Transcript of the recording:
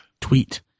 Tweet